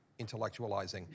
intellectualizing